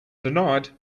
denied